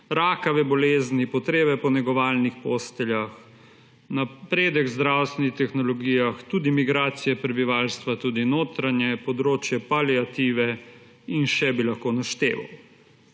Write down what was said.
rakave bolezni, potrebe po negovalnih posteljah, napredek v zdravstvenih tehnologijah, tudi migracije prebivalstva, tudi notranje področje paliative in še bi lahko našteval.